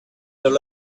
their